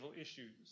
issues